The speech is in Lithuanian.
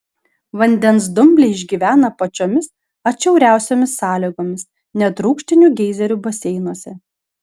vandens dumbliai išgyvena pačiomis atšiauriausiomis sąlygomis net rūgštinių geizerių baseinuose